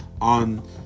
on